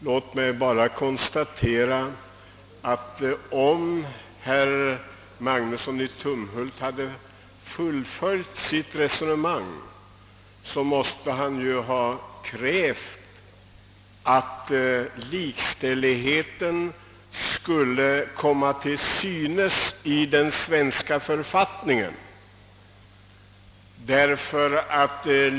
Låt mig bara konstatera att herr Magnusson i Tumhult, om han hade fullföljt sitt resonemang, ju måste ha krävt att likställigheten skulle komma till synes i den svenska författningen.